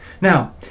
Now